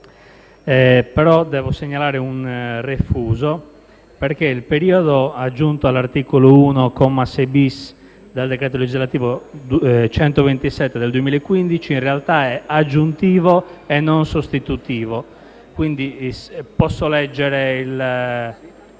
devo segnalare un refuso, perché il periodo aggiunto all'articolo 1, comma 6-*bis*, del decreto legislativo n. 127 del 2015 in realtà è aggiuntivo e non sostitutivo. Posso leggere